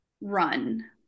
run